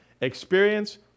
experience